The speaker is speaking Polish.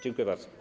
Dziękuję bardzo.